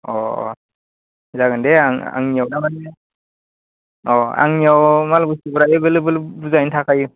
अ अ जागोन दे आं आंनियाव दामानि अ आंनियाव मालबो सुग्रा एभेलेबेल बुजायैनो थाखाय